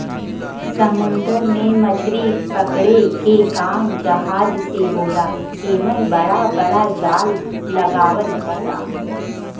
समुंदर में मछरी पकड़े क काम जहाज से होला जेमन बड़ा बड़ा जाल लगावल जाला